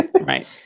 Right